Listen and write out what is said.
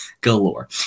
galore